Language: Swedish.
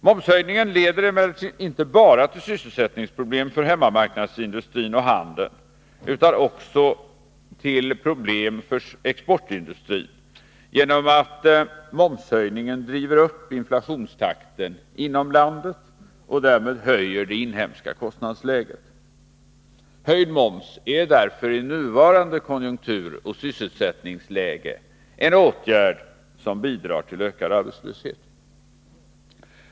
Momshöjningen leder emellertid inte bara till sysselsättningsproblem för hemmamarknaden och handeln utan också till problem för exportindustrin genom att momshöjningen driver upp inflationstakten inom landet och därmed höjer det inhemska kostnadsläget. Höjd moms är därför i nuvarande konjunkturoch sysselsättningsläge en åtgärd som bidrar till ökad arbetslöshet.